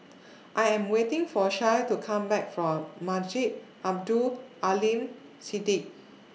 I Am waiting For Shae to Come Back from Masjid Abdul Aleem Siddique